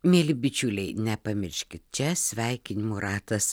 mieli bičiuliai nepamirškit čia sveikinimų ratas